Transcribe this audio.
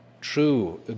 true